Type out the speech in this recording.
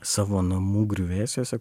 savo namų griuvėsiuose